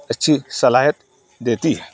اچھی صلاحیت دیتی ہے